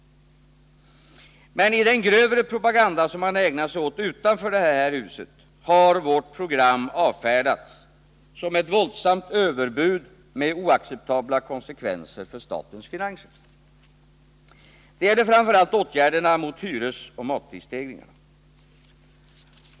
Men i den grövre propaganda som man ägnar sig åt utanför det här huset har vårt program avfärdats som ett våldsamt överbud med oacceptabla konsekvenser för statens finanser. Det gäller framför allt åtgärderna mot hyresoch matprisstegringarna.